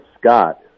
Scott